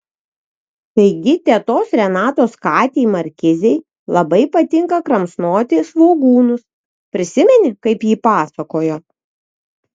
taigi tetos renatos katei markizei labai patinka kramsnoti svogūnus prisimeni kaip ji pasakojo